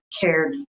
cared